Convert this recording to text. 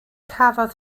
cafodd